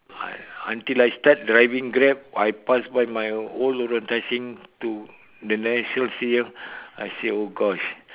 I until I start driving Grab I pass by my old lorong tai seng to the national stadium I say oh gosh